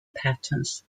patterns